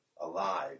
alive